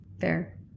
Fair